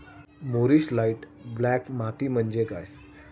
मूरिश light black माती म्हणजे काय?